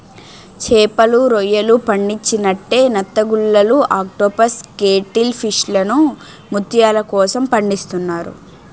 చేపలు, రొయ్యలు పండించినట్లే నత్తగుల్లలు ఆక్టోపస్ కేటిల్ ఫిష్లను ముత్యాల కోసం పండిస్తున్నారు